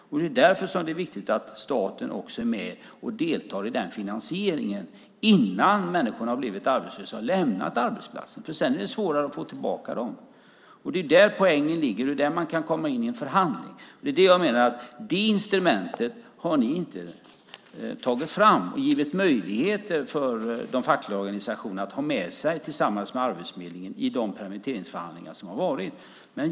Och det är därför som det är viktigt att staten också är med och deltar i den finansieringen, innan människorna har blivit arbetslösa och lämnat arbetsplatsen, för sedan är det svårare att få tillbaka dem. Det är där poängen ligger, och det är där man kan komma in i en förhandling. Jag menar att det instrumentet har ni inte tagit fram och givit möjligheter för de fackliga organisationerna att ha med sig tillsammans med Arbetsförmedlingen i de permitteringsförhandlingar som har varit.